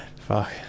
fuck